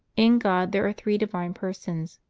in god there are three divine persons,